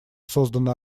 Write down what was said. создана